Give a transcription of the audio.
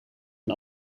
een